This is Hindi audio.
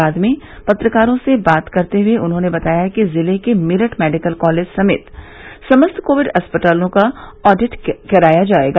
बाद में पत्रकारों से बात करते हए उन्होने बताया कि जिले के मेरठ मेडिकल कॉलेज समेत समस्त कोविड अस्पतालों का ऑडिट कराया जाएगा